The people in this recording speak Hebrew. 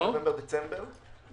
הם